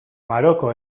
maroko